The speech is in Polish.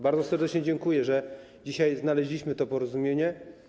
Bardzo serdecznie dziękuję, że dzisiaj znaleźliśmy to porozumienie.